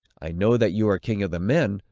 i know that you are king of the men,